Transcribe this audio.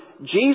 Jesus